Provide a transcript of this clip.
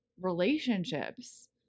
relationships